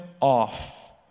off